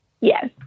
Yes